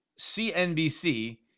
CNBC